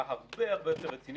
מי נושא באחריות להגדיר את הסיפור של